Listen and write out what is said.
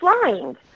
flying